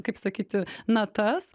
kaip sakyti natas